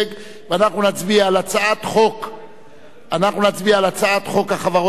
ואנחנו נצביע על הצעת חוק החברות תיקון (מס'